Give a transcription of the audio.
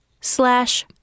slash